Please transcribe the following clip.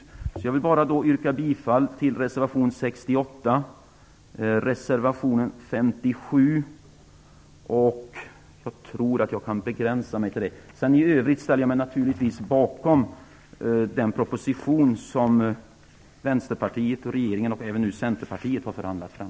Jag begränsar mig till att yrka bifall till reservationerna 57 och 68. Jag står naturligtvis bakom den proposition som Vänsterpartiet, regeringen och nu även Centerpartiet har förhandlat fram.